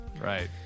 right